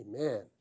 Amen